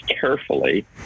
carefully